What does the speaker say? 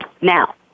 Now